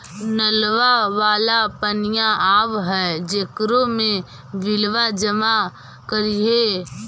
नलवा वाला पनिया आव है जेकरो मे बिलवा जमा करहिऐ?